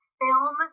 film